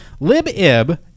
Libib